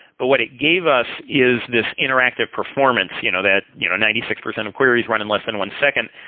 but what it gave us is this interactive performance you know that you know ninety six percent of queries run in less than one second.